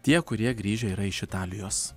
tie kurie grįžę yra iš italijos